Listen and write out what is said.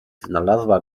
znalazła